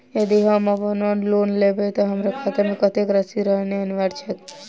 यदि हम ऋण वा लोन लेबै तऽ हमरा खाता मे कत्तेक राशि रहनैय अनिवार्य छैक?